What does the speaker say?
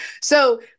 So-